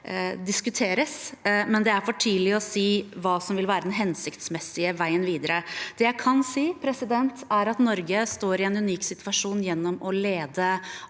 diskuteres, men det er for tidlig å si hva som vil være den hensiktsmessige veien videre. Det jeg kan si, er at Norge står i en unik situasjon gjennom å lede